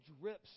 drips